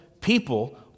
people